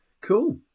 Cool